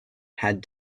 had